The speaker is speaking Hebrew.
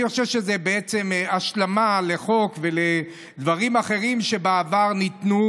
אני חושב שזה בעצם השלמה לחוק ולדברים אחרים שבעבר ניתנו,